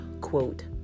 quote